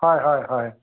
হয় হয় হয়